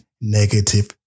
negative